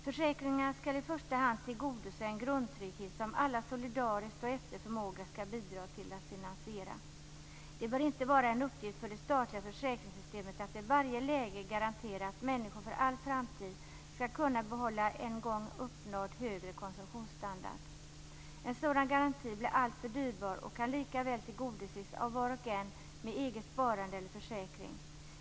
Försäkringarna skall i första hand tillgodose en grundtrygghet som alla solidariskt och efter förmåga skall bidra till att finansiera. Det bör inte vara en uppgift för det statliga försäkringssystemet att i varje läge garantera att människor för all framtid skall kunna behålla en gång uppnådd högre konsumtionsstandard. En sådan garanti blir alltför dyrbar och kan likaväl tillgodoses av var och en med eget sparande eller egen försäkring.